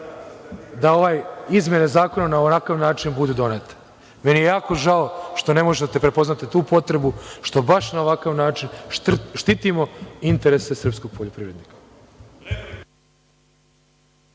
da ove izmene zakona na ovakav način budu donete. Jako mi je žao što ne možete da prepoznate tu potrebu, što baš na ovakav način štitimo interese srpske poljoprivrede.